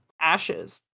Ashes